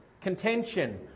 contention